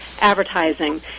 advertising